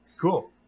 Cool